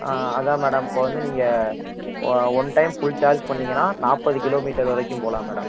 ஆ அதான் மேடம் இப்போ வந்து நீங்கள் ஓ ஒன் டைம் ஃபுல் சார்ஜ் பண்ணீங்கன்னா நாற்பது கிலோமீட்டர் வரைக்கும் போகலாம் மேடம்